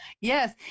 Yes